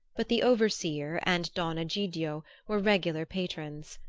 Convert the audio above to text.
but the overseer and don egidio were regular patrons.